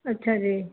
ਅੱਛਾ ਜੀ